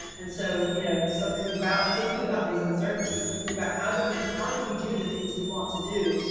and so you know something about thinking about these uncertainties, thinking about how do we. how do we do the things we want to do?